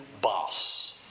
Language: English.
boss